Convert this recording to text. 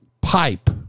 pipe